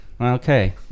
Okay